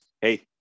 Hey